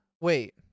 Wait